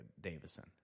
Davison